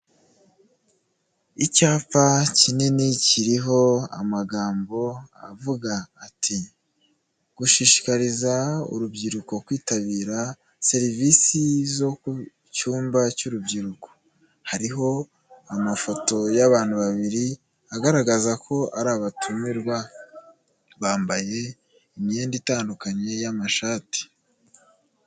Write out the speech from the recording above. Icyapa kinini kiriho amagambo avuga ati ''gushishikariza urubyiruko kwitabira serivisi zo ku cyumba cy'urubyiruko'' hariho amafoto y'abantu babiri, agaragaza ko ari abatumirwa, bambaye imyenda itandukanye y'amashati.